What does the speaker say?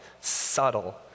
subtle